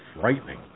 frightening